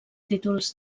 títols